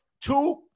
two